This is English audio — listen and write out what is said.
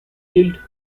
built